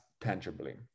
tangibly